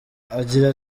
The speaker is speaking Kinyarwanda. agira